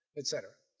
etc